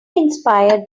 inspired